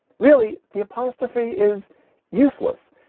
really? the apostrophe is useless.